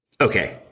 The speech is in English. Okay